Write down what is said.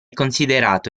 considerato